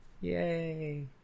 Yay